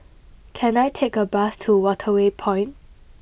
can I take a bus to Waterway Point